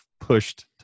pushed